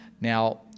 Now